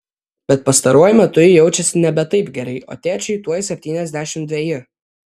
bet pastaruoju metu ji jaučiasi nebe taip gerai o tėčiui tuoj septyniasdešimt dveji